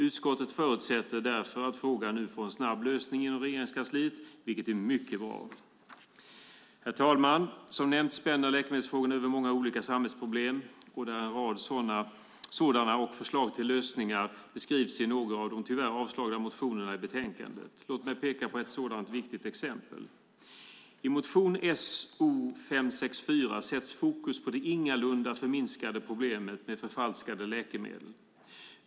Utskottet förutsätter därför att frågan nu får en snabb lösning inom Regeringskansliet, vilket är mycket bra. Herr talman! Som har nämnts spänner läkemedelsfrågorna över många olika samhällsproblem. En rad sådana och förslag till lösningar beskrivs i några av de tyvärr avslagna motionerna i betänkandet. Låt mig peka på ett sådant viktigt exempel. I motion So564 sätts fokus på det ingalunda förminskade problemet med förfalskade läkemedel.